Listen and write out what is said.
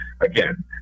again